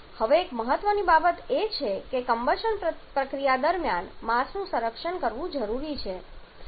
હવે એક મહત્વની બાબત એ છે કે કમ્બશન પ્રક્રિયા દરમિયાન માસનું સંરક્ષણ કરવું જરૂરી છે